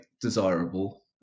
desirable